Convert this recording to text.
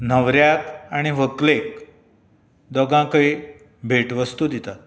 न्हवऱ्याक आनी व्हंकलेक दोगांकय भेटवस्तू दितात